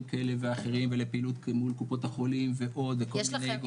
כאלה ואחרים ולפעילות מול קופות החולים ועוד עם כל מיני גורמים.